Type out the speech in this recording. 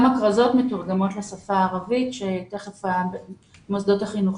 גם הכרזות שיקבלו תיכף מוסדות החינוך,